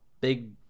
big